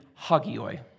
hagioi